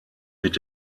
mit